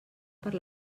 per